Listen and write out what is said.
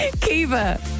Kiva